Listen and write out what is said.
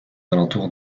alentours